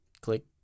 click